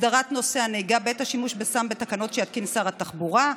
הסדרת נושא הנהיגה בעת השימוש בסם בתקנות שיתקין שר התחבורה,